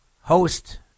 host